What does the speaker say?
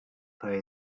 pay